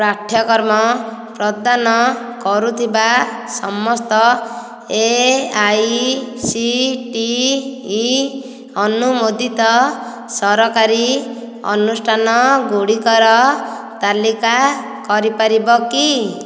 ପାଠ୍ୟକ୍ରମ ପ୍ରଦାନ କରୁଥିବା ସମସ୍ତ A I C T E ଅନୁମୋଦିତ ସରକାରୀ ଅନୁଷ୍ଠାନଗୁଡ଼ିକର ତାଲିକା କରିପାରିବ କି